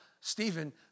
Stephen